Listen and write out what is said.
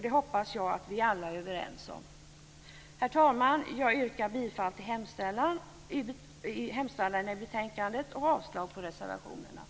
Det hoppas jag att vi alla är överens om. Herr talman! Jag yrkar bifall till hemställan i betänkandet och avslag på reservationerna.